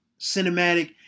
cinematic